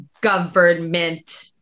government